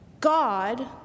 God